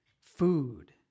food